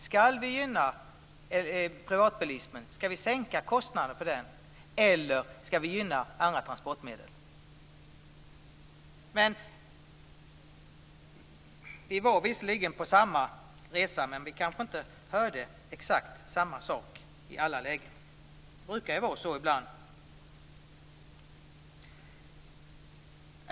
Skall vi gynna privatbilismen? Skall vi sänka kostnaden för den? Eller skall vi gynna andra transportmedel? Vi var visserligen på samma resa, men vi kanske inte hörde exakt samma sak i alla lägen. Det brukar vara så ibland.